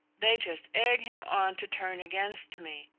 they just egg him on to turn against me.